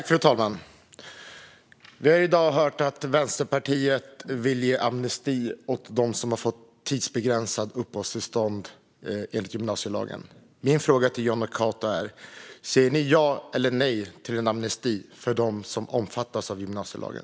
Fru talman! Vi har i dag hört att Vänsterpartiet vill ge amnesti åt dem som har fått tidsbegränsat uppehållstillstånd enligt gymnasielagen. Min fråga till Jonny Cato är: Säger ni ja eller nej till en amnesti för dem som omfattas av gymnasielagen?